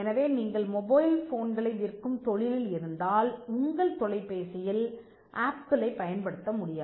எனவே நீங்கள் மொபைல் போன்களை விற்கும் தொழிலில் இருந்தால் உங்கள் தொலைபேசியில் ஆப்பிளைப் பயன்படுத்த முடியாது